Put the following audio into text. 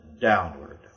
downward